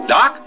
Doc